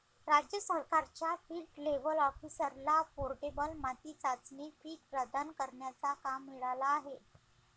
राज्य सरकारच्या field level ऑफिसरला पोर्टेबल माती चाचणी किट प्रदान करण्याचा काम मिळाला आहे